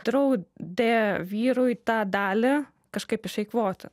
draudė vyrui tą dalį kažkaip išeikvoti